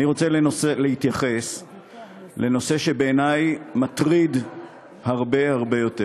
אני רוצה להתייחס לנושא שהוא בעיני מטריד הרבה הרבה יותר,